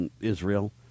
Israel